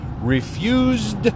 refused